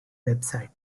website